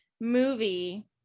movie